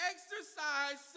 Exercise